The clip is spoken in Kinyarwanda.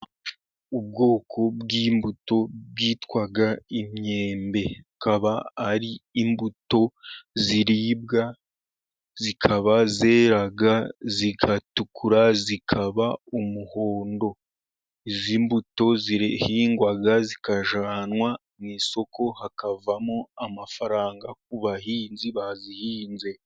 Ubwoko bw'imbuto bwitwa imyembe, bukaba ari imbuto ziribwa, zikaba zera zigatukura, zikaba umuhondo. Izi mbuto zirahingwa zikajyanwa ku isoko hakavamo amafaranga ku bahinzi bazihinze.